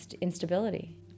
instability